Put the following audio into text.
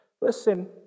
listen